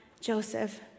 Joseph